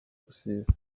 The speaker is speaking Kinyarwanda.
gusiza